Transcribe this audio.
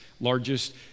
largest